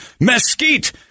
mesquite